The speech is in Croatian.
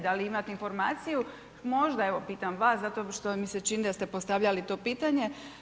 Da li imate informaciju, možda, evo pitam vas zato što mi se čini da ste postavljali to pitanje.